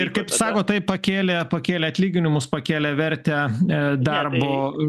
ir kaip sakot tai pakėlė pakėlė atlyginimus pakėlė vertę darbo